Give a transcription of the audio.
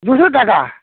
দুশো টাকা